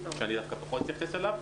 שאני דווקא פחות אתייחס אליו,